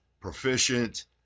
proficient